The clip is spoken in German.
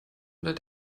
unter